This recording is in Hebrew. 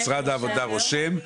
משרד העבודה רושם.